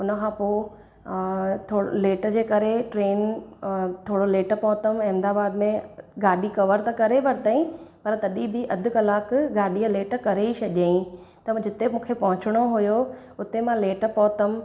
उनखां पोइ थोरो लेट जे करे ट्रेन थोरो लेट पहुतमि अहमदाबाद में गाॾी कवर त करे वरितईं करे पर तॾहिं बि अधु कलाकु गाॾीअ लेट करे ई छॾियईं त बि जिथे मूंखे पहुचणो हुयो उते मां लेट पहुतमि अ